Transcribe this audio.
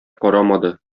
карамады